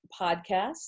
podcast